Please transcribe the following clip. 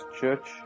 Church